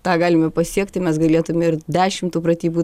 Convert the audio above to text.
tą galime pasiekti mes galėtume ir dešim tų pratybų